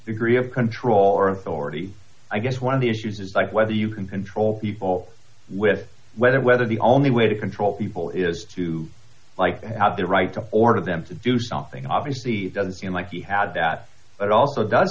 degree of control or authority i guess one of the issues is like whether you can control people with whether whether the only way to control people is to like to have the right to order them to do something obviously doesn't seem like he had that but also does